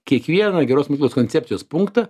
kiekvieną geros myklos koncepcijos punktą